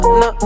no